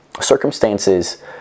circumstances